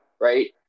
right